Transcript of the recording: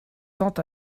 tend